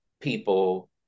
people